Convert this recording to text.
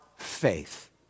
faith